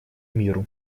миру